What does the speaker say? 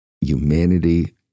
humanity